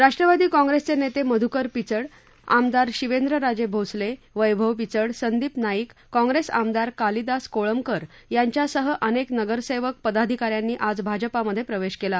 राष्ट्रवादी काँप्रेसचे नेते मधुकर पिचड आमदार शिवेंद्रराजे भोसले वघ्वि पिचड संदिप नाईक काँप्रेस आमदार कालिदास कोळंबकर यांच्यासह अनेक नगरसेवक पदाधिकाऱ्यांनी आज भाजपामधे प्रवेश केला